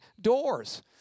doors